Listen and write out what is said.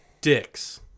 dicks